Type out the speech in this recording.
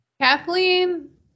kathleen